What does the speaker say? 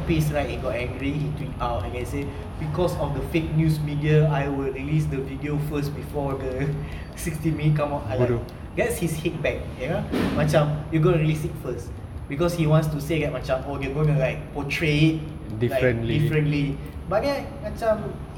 pissed right he got angry he tweet out and then he say because of the fake news media I will release the video first before the sixty minute come out then I like that's his hit back macam you gonna release it first because he wants to say that macam they gonna portray it like differently but then macam